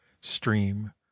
stream